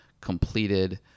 completed